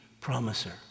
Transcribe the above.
promiser